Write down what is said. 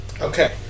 Okay